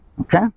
okay